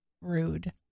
Rude